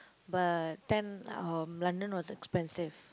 but then um London was expensive